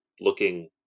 looking